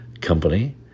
Company